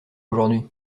aujourd’hui